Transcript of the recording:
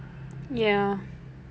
ya